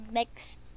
next